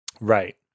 Right